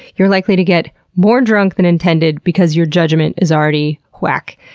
you're likely to get more drunk than intended because your judgment is already whack.